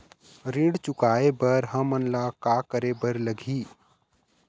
ऋण चुकाए बर हमन ला का करे बर लगही?